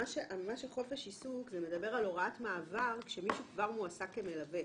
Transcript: חופש עיסוק מדבר על הוראת מעבר כשמישהו כבר מועסק כמלווה.